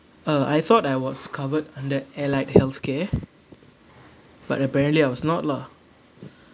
uh I thought I was covered under allied health care but apparently I was not lah